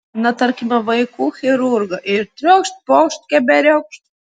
na tarkime vaikų chirurgą ir triokšt pokšt keberiokšt